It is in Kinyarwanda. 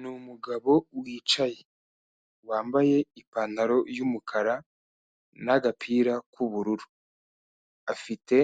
Ni umugabo wicaye, wambaye ipantaro y'umukara, nagapira k'ubururu, afite